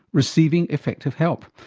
receiving effective help?